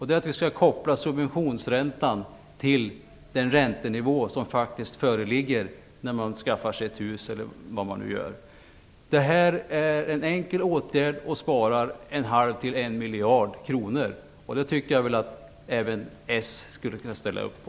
Det är att vi skall koppla subventionsräntan till den räntenivå som föreligger när man skaffar sig ett hus eller liknande. Det här är en enkel åtgärd och sparar en halv till en miljard kronor. Det tycker jag även att Socialdemokraterna kan ställa upp på.